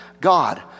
God